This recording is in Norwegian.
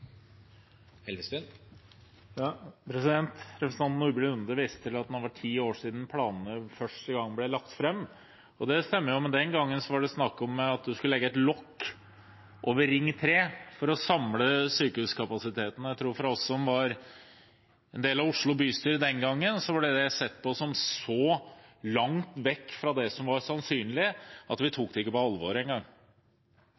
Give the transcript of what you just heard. ti år siden planene første gang ble lagt fram. Det stemmer, men den gangen var det snakk om at man skulle legge et lokk over Ring 3 for å samle sykehuskapasitetene. Jeg tror at for oss som var en del av Oslo bystyre den gangen, ble det sett på som så langt vekk fra det som var sannsynlig, at vi